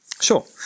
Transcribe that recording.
Sure